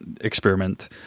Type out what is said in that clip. experiment